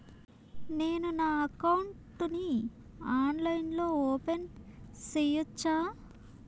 నేను నా అకౌంట్ ని ఆన్లైన్ లో ఓపెన్ సేయొచ్చా?